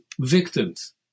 victims